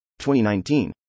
2019